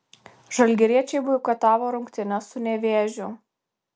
žalgiriečiai boikotavo rungtynes su nevėžiu